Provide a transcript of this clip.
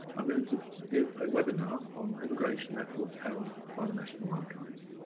i'm going to give a webinar on immigration records held by the national archives.